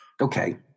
Okay